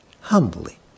humbly